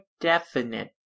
definite